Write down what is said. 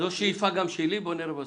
זו שאיפה גם שלי, בוא נראה בסוף.